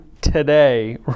today